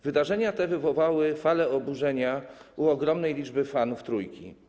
Wydarzenia te wywołały falę oburzenia u ogromnej liczby fanów Trójki.